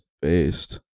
based